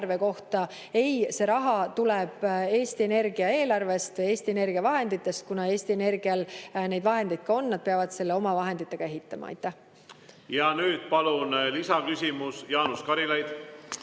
Ei, see raha tuleb Eesti Energia eelarvest, Eesti Energia vahenditest. Ja kuna Eesti Energial vahendeid on, siis nad peavad selle oma vahenditega ehitama. Ja nüüd palun lisaküsimus, Jaanus Karilaid!